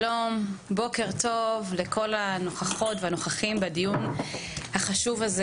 שלום ובוקר טוב לכל הנוכחים והנוכחות בדיון החשוב הזה,